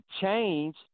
change